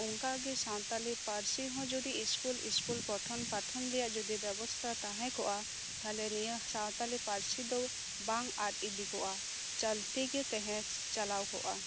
ᱚᱱᱟᱠᱟ ᱥᱟᱶᱛᱟᱲᱤ ᱯᱟᱹᱨᱥᱤ ᱦᱚᱸ ᱡᱩᱫᱤ ᱥᱠᱩᱞ ᱥᱠᱩᱞ ᱯᱚᱴᱷᱚᱱ ᱯᱟᱴᱷᱚᱱ ᱨᱮᱭᱟᱜ ᱡᱩᱫᱤ ᱵᱮᱵᱚᱥᱛᱟ ᱛᱟᱦᱮᱸ ᱠᱚᱜᱼᱟ ᱛᱟᱦᱚᱞᱮ ᱱᱚᱶᱟ ᱥᱟᱶᱛᱟᱲᱤ ᱯᱟᱹᱨᱥᱤᱫᱚ ᱵᱟᱝ ᱟᱫ ᱤᱫᱤ ᱠᱚᱜᱼᱟ ᱪᱚᱞᱛᱤ ᱜᱮ ᱛᱟᱦᱮᱸ ᱪᱟᱞᱟᱣ ᱠᱚᱜᱼᱟ